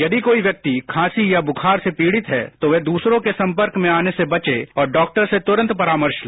यदि कोई व्यक्ति खांसी या बुखार से पीडि़त है तो वह दूसरो के संपर्क में आने से बचे और डॉक्टर से तुरंत परामर्श ले